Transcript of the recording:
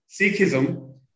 Sikhism